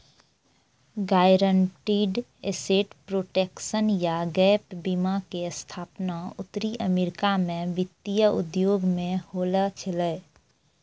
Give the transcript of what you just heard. guaranteed asset protection या gap बीमा के स्थापना उत्तरी अमेरिका मे वित्तीय उद्योग मे होलो छलै